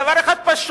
דבר אחד פשוט,